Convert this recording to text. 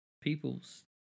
people's